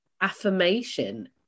affirmation